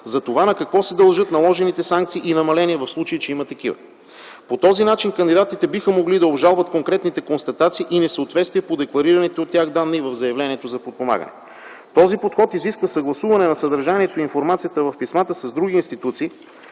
за това на какво се дължат наложените санкции и намаления в случай, че има такива. По този начин кандидатите биха могли да уважават конкретните констатации и несъответствия по декларираните от тях данни в заявлението за подпомагане. Този подход изисква съгласуване на съдържанието и информацията в писмата с други институции,